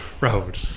Road